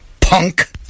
Punk